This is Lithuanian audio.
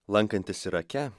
lankantis irake